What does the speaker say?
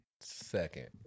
Second